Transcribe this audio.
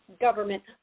government